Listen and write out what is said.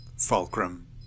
Fulcrum